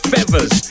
Feathers